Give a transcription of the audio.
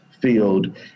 field